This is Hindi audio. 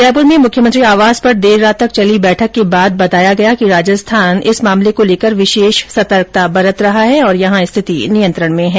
जयपुर में मुख्यमंत्री आवास पर देर रात तक चली बैठक के बाद बताया गया कि राजस्थान इस मामले को लेकर विशेष सतर्कता बरत रहा है और यहां स्थिति नियंत्रण में है